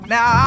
Now